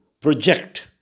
project